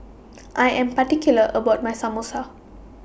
I Am particular about My Samosa